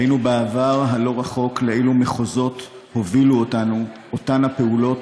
ראינו בעבר הלא-רחוק לאילו מחוזות הובילו אותנו אותן הפעולות,